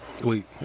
Wait